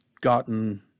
gotten